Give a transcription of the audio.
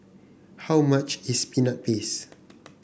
how much is Peanut Paste